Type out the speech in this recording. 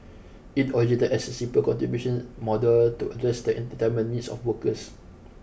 it originated as a simple contributions model to address the retirement needs of workers